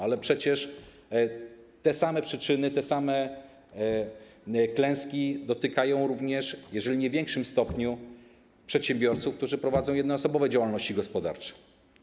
Ale przecież te same przyczyny, te same klęski dotykają również, jeżeli nie w większym stopniu, przedsiębiorców, którzy prowadzą jednoosobowe działalności gospodarcze.